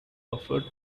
offer